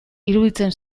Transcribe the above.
iruditzen